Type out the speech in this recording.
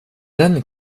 den